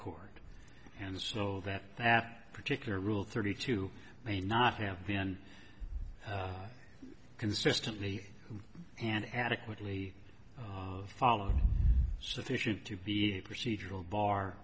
court and so that that particular rule thirty two may not have been consistently and adequately followed sufficient to be a procedural bar